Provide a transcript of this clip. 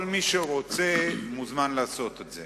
כל מי שרוצה מוזמן לעשות את זה.